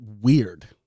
weird